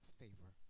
favor